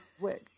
wig